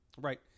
Right